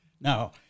Now